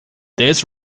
this